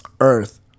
Earth